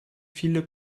viele